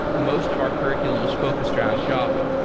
most of our curriculum was focused around java.